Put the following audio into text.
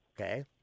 Okay